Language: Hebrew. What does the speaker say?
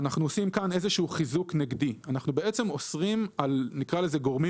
אנחנו אוסרים - נקרא לזה בכותרת גורמים